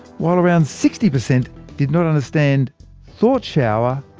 while around sixty percent did not understand thought shower,